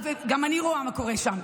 גם אני רואה מה קורה שם.